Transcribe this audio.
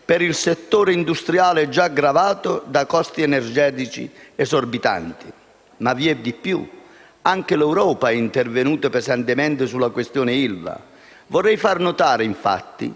per il settore industriale, già gravato da costi energetici esorbitanti. Ma vi è di più. Anche l'Europa è intervenuta pesantemente sulla questione ILVA. Vorrei, infatti,